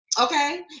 okay